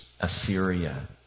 Assyria